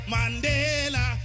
Mandela